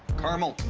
carmel,